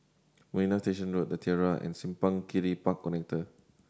Marina Station Road The Tiara and Simpang Kiri Park Connector